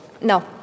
No